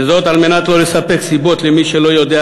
וזאת על מנת לא לספק סיבות למי שלא יודע